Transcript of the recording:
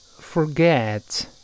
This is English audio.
forget